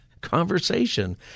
conversation